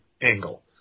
angle